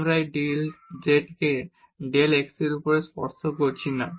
আমরা এই del z কে ডেল x এর উপরে স্পর্শ করছি না